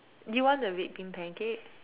do you want a red bean pancake